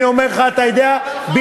אני אומר לך, אתה יודע בדיוק.